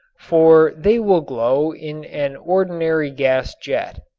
for they will glow in an ordinary gas jet.